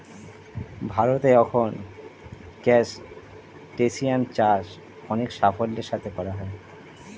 ভারতে এখন ক্রাসটেসিয়ান চাষ অনেক সাফল্যের সাথে করা হয়